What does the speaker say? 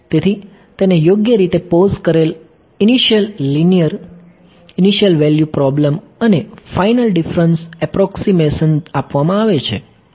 તેથી તેને યોગ્ય રીતે પોઝ કરેલ initial linear initial value problem અને ફાઇનલ ડીફરન્સ એપ્રોક્સીમેશન આપવામાં આવે છે